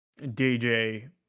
DJ